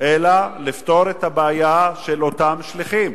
אלא לפתור את הבעיה של אותם שליחים.